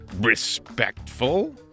respectful